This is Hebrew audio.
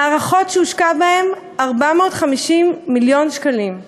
מערכות שהושקעו בהן 450 מיליון שקלים?